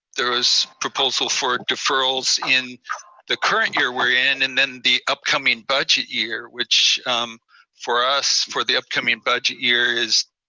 there was proposal for deferrals in the current year we're in, and then the upcoming budget year, which for us, for the upcoming budget year is